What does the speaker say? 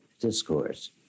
discourse